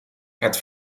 het